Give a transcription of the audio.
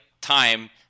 time